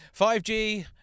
5G